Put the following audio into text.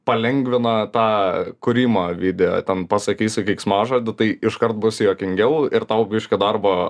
palengvina tą kūrimą video ten pasakysiu keiksmažodį tai iškart bus juokingiau ir tau biški darbo